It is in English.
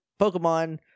Pokemon